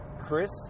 Chris